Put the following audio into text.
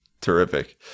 Terrific